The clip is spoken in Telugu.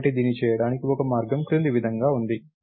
కాబట్టి దీన్ని చేయడానికి ఒక మార్గం క్రింది విధంగా ఉంది